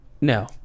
no